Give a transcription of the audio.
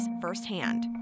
firsthand